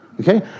okay